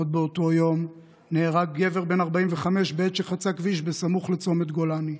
עוד באותו היום נהרג גבר בן 45 בעת שחצה כביש סמוך לצומת גולני.